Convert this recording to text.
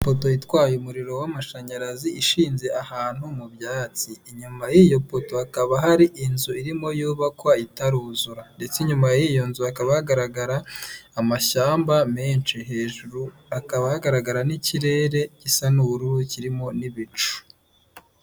Ipoto itwaye umuriro w'amashanyarazi, ishinze ahantu mu byatsi. Inyuma y'iyo poto hakaba hari inzu irimo yubakwa itaruzura. Ndetse nyuma y'iyo nzu hakaba hagaragara amashyamba menshi. Hejuru hakaba hagaragara n'ikirere gisa n'ubururu, kirimo n'ibicu.